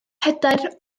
pedair